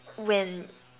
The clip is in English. when